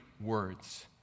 words